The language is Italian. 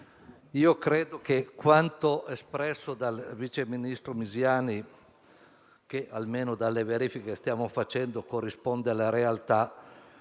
credo che quanto espresso dal vice ministro Misiani, che almeno dalle verifiche che stiamo facendo corrisponde alla realtà,